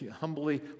humbly